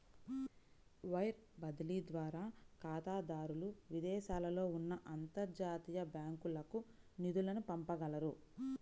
wire బదిలీ ద్వారా ఖాతాదారులు విదేశాలలో ఉన్న అంతర్జాతీయ బ్యాంకులకు నిధులను పంపగలరు